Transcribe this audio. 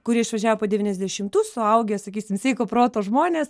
kurie išvažiavo po devyniasdešimtų suaugę sakysim sveiko proto žmonės